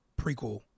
prequel